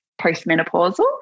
postmenopausal